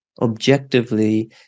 objectively